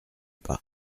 pas